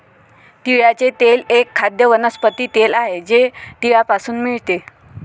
तिळाचे तेल एक खाद्य वनस्पती तेल आहे जे तिळापासून मिळते